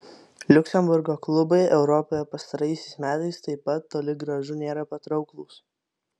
liuksemburgo klubai europoje pastaraisiais metais taip pat toli gražu nėra patrauklūs